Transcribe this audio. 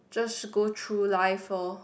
just go through life loh